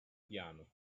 piano